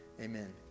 Amen